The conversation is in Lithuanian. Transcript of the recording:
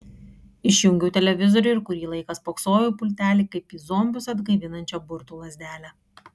išjungiau televizorių ir kurį laiką spoksojau į pultelį kaip į zombius atgaivinančią burtų lazdelę